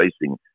racing